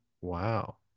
wow